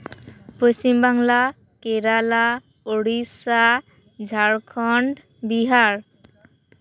Paschim Bangla Kerala Orissa Jharkhand Bihar